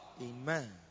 Amen